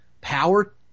power